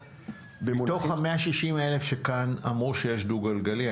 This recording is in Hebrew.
מתוך 160,000, שכאן אמרו שיש דו גלגלי,